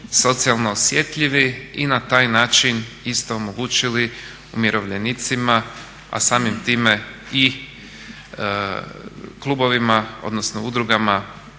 socijalno osjetljivi i na taj način isto omogućili umirovljenicima a samim time i klubovima odnosno udrugama